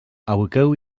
aboqueu